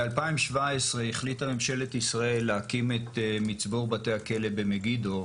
ב-2017 החליטה ממשלת ישראל להקים את מצבור בתי הכלא במגידו,